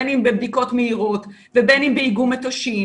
בין אם בבדיקות מהירות ובין אם באיגום מטושים